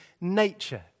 nature